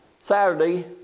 Saturday